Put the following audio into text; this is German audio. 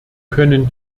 können